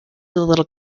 little